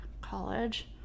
college